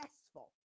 successful